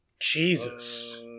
Jesus